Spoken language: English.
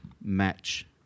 match